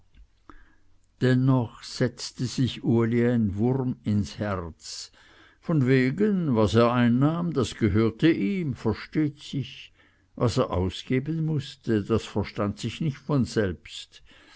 dennoch setzte sich uli ein wurm ans herz von wegen was er einnahm das gehörte ihm versteht sich was er ausgeben mußte das verstand sich nicht von selbst